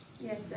Yes